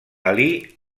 alí